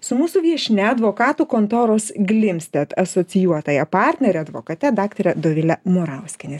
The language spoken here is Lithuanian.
su mūsų viešnia advokatų kontoros glimsted asocijuotąja partnere advokate daktare dovile murauskiene